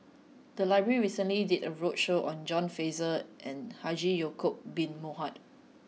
the library recently did a roadshow on John Fraser and Haji Ya'Acob Bin Mohamed